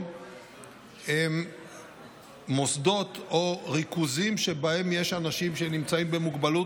הם מוסדות או ריכוזים שבהם יש אנשים עם מוגבלות,